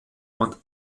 und